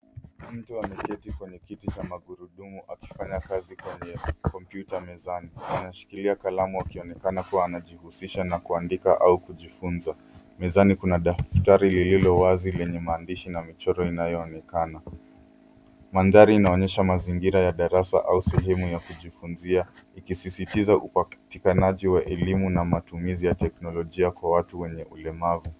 Mtu ameketi kwenye kiti cha magurudumu akifanya kazi kwa kompyuta mezani. Anashikilia kalamu akionekana kuwa anajihususha na kuandika au kujifunza. Mezani kuna daftari lililo wazi lenye maandishi na michoro inayoonekana. Mandhari inaonyesha mazingira ya darasa au sehemu ya kujifunzia; ikisisitiza upatikanaji wa elimu na matumizi ya teknolojia kwa watu wenye ulemavu.